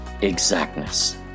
exactness